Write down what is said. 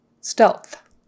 stealth